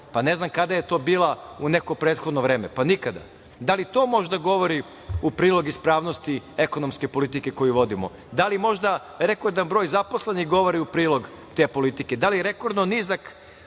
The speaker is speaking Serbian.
pa ne znam kada je to bila u neko prethodno vreme. Pa, nikada. Da li to možda govori u prilog ispravnosti ekonomske politike koju vodimo? Da li možda rekordan broj zaposlenih govori u prilog te politike? Da li rekordno niska